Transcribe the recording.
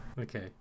Okay